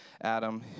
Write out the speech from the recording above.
Adam